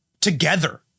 together